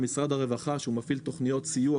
עם משרד הרווחה שמפעיל תוכניות סיוע